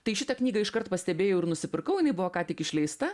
tai šitą knygą iškart pastebėjau ir nusipirkau jinai buvo ką tik išleista